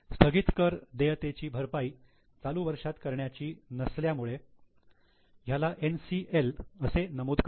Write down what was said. स्थगित कर देयतेची भरपाई चालू वर्षात करायची नसल्यामुळे ह्याला NCL असे नमूद करू